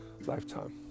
lifetime